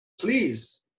please